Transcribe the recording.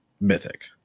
mythic